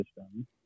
system